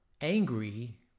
angry